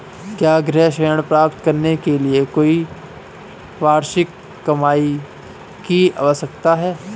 क्या गृह ऋण प्राप्त करने के लिए कोई वार्षिक कमाई की आवश्यकता है?